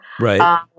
Right